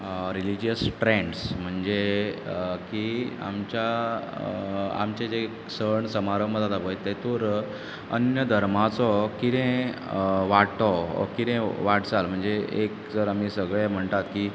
religious trends म्हणजे की आमच्या आमचें जे सण समारंभ जातात पय तेतूंर अन्य धर्माचो कितें वांटो कितें वाटचाल म्हणजे एक जर आमी सगळें म्हणटा की